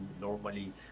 normally